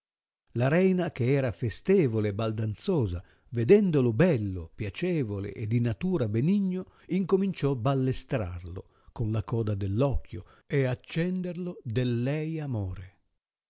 la reina che era festevole e baldanzosa vedendolo bello piacevole e di natura benigno incominciò ballestrarlo con la coda dell occhio e accenderlo del lei amore